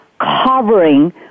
covering